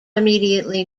immediately